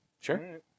Sure